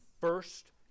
first